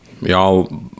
Y'all